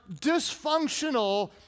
dysfunctional